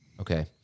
Okay